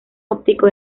óptico